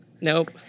Nope